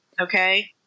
okay